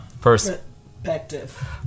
perspective